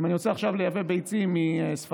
שאם אני רוצה עכשיו לייבא ביצים מספרד,